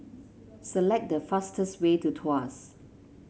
select the fastest way to Tuas